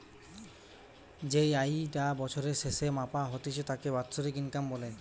যেই আয়ি টা বছরের স্যাসে মাপা হতিছে তাকে বাৎসরিক ইনকাম বলে